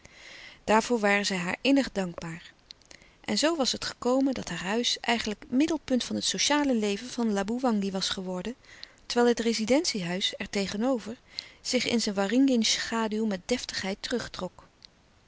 daarvoor waren zij haar innig dankbaar en zoo was het gekomen dat haar huis eigenlijk middelpunt van het sociale leven van laboewangi was geworden terwijl het rezidentie-huis er tegenover zich in zijn waringin schaduw met deftigheid